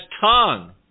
tongue